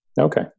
Okay